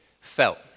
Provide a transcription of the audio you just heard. felt